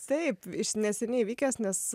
taip iš neseniai vykęs nes